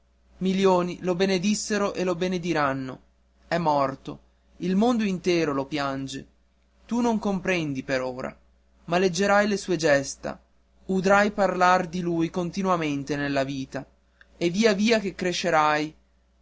milioni lo benedissero e lo benediranno è morto il mondo intero lo piange tu non lo comprendi per ora ma leggerai le sue gesta udrai parlar di lui continuamente nella vita e via via che crescerai